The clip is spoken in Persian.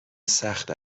سخت